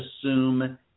assume